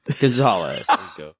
Gonzalez